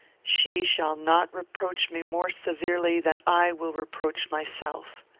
she shall not reproach me more severely than i will reproach myself.